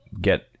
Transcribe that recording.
get